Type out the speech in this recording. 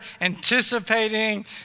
anticipating